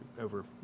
over